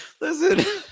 Listen